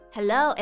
Hello